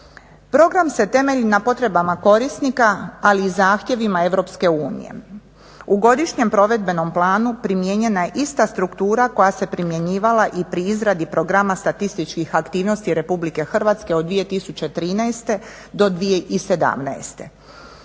Program se temelji na potrebama korisnika ali i zahtjevima EU. U godišnjem provedbenom planu primijenjena je ista struktura koja se primjenjivala i pri izradi programa statističkih aktivnosti RH od 2013.-2017.